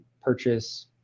purchase